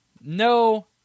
no